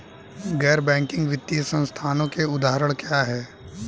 गैर बैंक वित्तीय संस्थानों के उदाहरण क्या हैं?